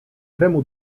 kremu